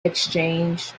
exchange